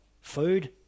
food